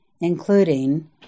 including